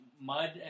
mud